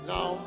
Now